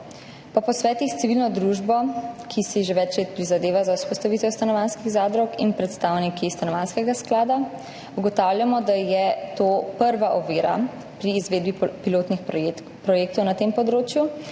Po posvetih s civilno družbo, ki si že več let prizadeva za vzpostavitev stanovanjskih zadrug, in predstavniki Stanovanjskega sklada ugotavljamo, da je to prva ovira pri izvedbi pilotnih projektov na tem področju.